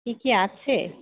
কী কী আছে